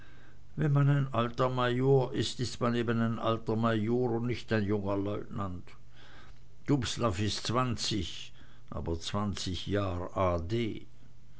wenn man ein alter major ist ist man eben ein alter major und nicht ein junger leutnant dubslav ist zwanzig aber zwanzig jahr a